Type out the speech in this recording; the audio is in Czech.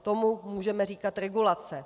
Tomu můžeme říkat regulace.